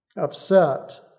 upset